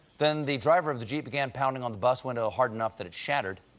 then the driver of the jeep began pounding on the bus window hard enough that it shattered.